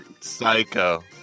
psycho